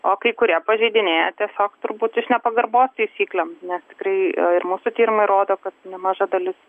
o kai kurie pažeidinėja tiesiog turbūt iš nepagarbos taisyklėm nes priėjo ir mūsų tyrimai rodo kad nemaža dalis